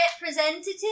representative